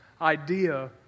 idea